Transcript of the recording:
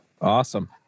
Awesome